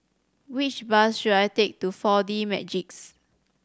which bus should I take to Four D Magix